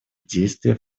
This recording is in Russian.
действия